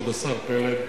כבוד השר פלד,